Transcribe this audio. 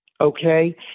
Okay